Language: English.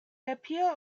appeal